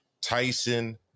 Tyson